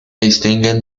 distinguen